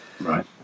Right